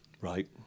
Right